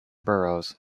boroughs